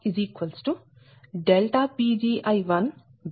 ఈ సందర్భం లో Pgi12d112d212d3762